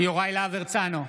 יוראי להב הרצנו,